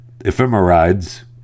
Ephemerides